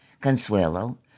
Consuelo